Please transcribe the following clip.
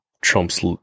trump's